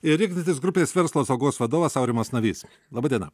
ir ignitis grupės verslo saugos vadovas aurimas navys laba diena